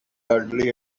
hardly